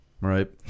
right